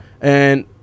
And-